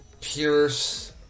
pierce